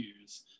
use